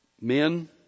Men